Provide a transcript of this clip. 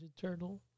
Turtle